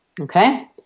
Okay